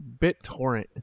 BitTorrent